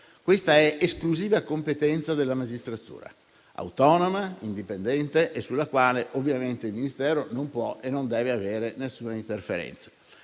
Questa è esclusiva competenza della magistratura autonoma e indipendente, sulla quale il Ministero non può e non deve avere alcuna interferenza.